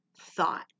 thought